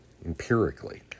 empirically